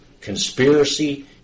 conspiracy